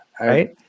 Right